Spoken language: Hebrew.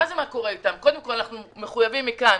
אנחנו מחויבים מכאן